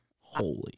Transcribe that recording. Holy